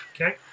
Okay